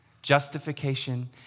Justification